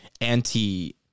anti